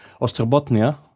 Ostrobotnia